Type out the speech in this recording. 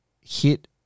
hit